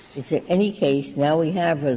is there any case now we have